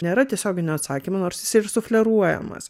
nėra tiesioginio atsakymo nors jis ir sufleruojamas